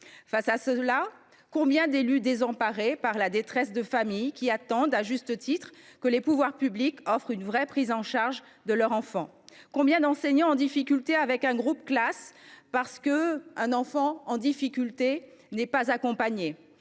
situation, combien d’élus sont désemparés par la détresse de familles qui attendent, à juste titre, que les pouvoirs publics offrent une vraie prise en charge de leur enfant ? Combien d’enseignants ont des problèmes avec leur classe, parce qu’un enfant en difficulté n’est pas accompagné ?